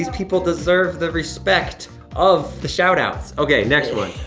people deserve the respect of the shout-outs. okay, next one.